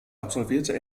absolvierte